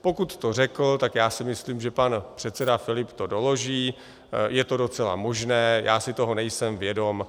Pokud to řekl, tak já si myslím, že pan předseda Filip to doloží, je to docela možné, já si toho nejsem vědom.